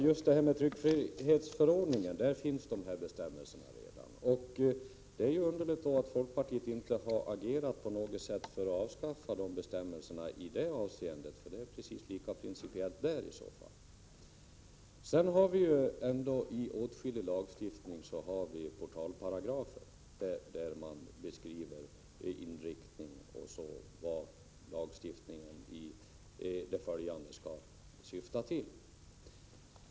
Herr talman! I tryckfrihetsförordningen finns alltså redan dessa bestämmelser. Det är underligt att folkpartiet inte på något sätt har agerat för att avskaffa de bestämmelserna i det avseendet — det är ju en lika viktig princip i det fallet. I åtskillig lagstiftning har vi portalparagrafer, som beskriver vad lagen syftar till.